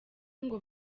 ngo